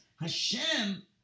Hashem